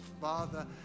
father